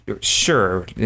Sure